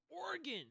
Oregon